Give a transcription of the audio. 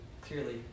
clearly